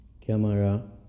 Camera